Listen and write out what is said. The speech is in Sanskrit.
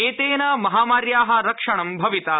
एतेन महामार्याः रक्षणं भविता